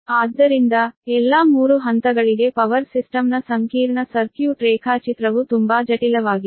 ಆದ್ದರಿಂದ ಎಲ್ಲಾ 3 ಹಂತಗಳಿಗೆ ಪವರ್ ಸಿಸ್ಟಮ್ನ ಸಂಕೀರ್ಣ ಸರ್ಕ್ಯೂಟ್ ರೇಖಾಚಿತ್ರವು ತುಂಬಾ ಜಟಿಲವಾಗಿದೆ